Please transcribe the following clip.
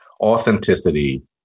Authenticity